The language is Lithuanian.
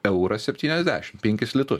eurą septyniasdešim penkis litus